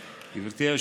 מאמין.